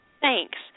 Thanks